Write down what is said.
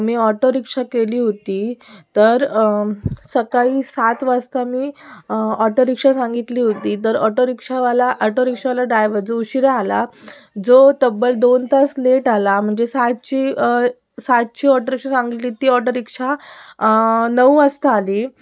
मी auto rickshaw केली होती तर सकाळी सात वाजता मी ऑटो रिक्षा सांगितली होती तर ऑटो रिक्षावाला आटो रिक्षावाला डायवर जो उशीरा आला जो तब्बल दोन तास लेट आला म्हणजे सातची सातची ऑटो रिक्षा सांगितली ती ऑटो रिक्षा नऊ वाजता आली